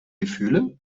gefühle